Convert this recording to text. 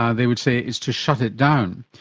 um they would say, it's to shut it down.